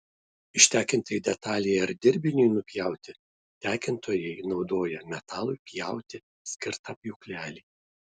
ištekintai detalei ar dirbiniui nupjauti tekintojai naudoja metalui pjauti skirtą pjūklelį